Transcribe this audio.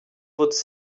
votre